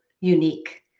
unique